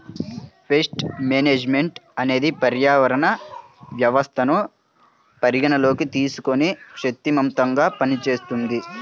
paste management అనేది పర్యావరణ వ్యవస్థను పరిగణలోకి తీసుకొని శక్తిమంతంగా పనిచేస్తుంది